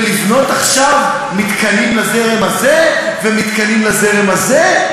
ולבנות עכשיו מתקנים לזרם הזה ומתקנים לזרם הזה?